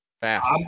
Fast